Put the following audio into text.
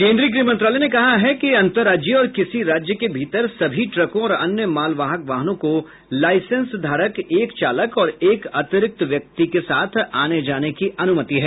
केन्द्रीय गृह मंत्रालय ने कहा कि अंतरराज्यीय और किसी राज्य के भीतर सभी ट्रकों और अन्य मालवाहक वाहनों को लाइसेंसधारक एक चालक और एक अतिरिक्त व्यक्ति के साथ आने जाने की अनुमति है